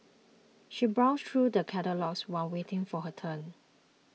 she browsed through the catalogues while waiting for her turn